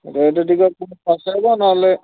rate ଟିକେ କ'ଣ ଖସାଇବ ନହେଲେ